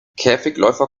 käfigläufer